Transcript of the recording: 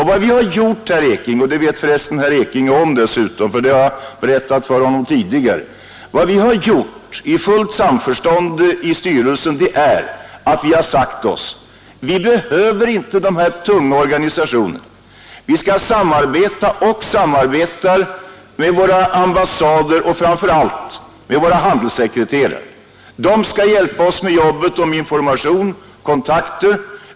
Vad vi har gjort — och det vet dessutom herr Ekinge om, för det har jag berättat för honom tidigare — i fullt samförstånd i styrelsen är att vi har sagt oss: Vi behöver inte den här tunga organisationen. Vi skall samarbeta med våra ambassader och med våra handelssekreterare. De skall hjälpa oss med jobbet, i första hand med information och kontakter.